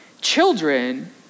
children